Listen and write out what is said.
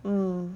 mm